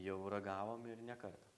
jau ragavom ir ne kartą